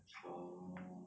orh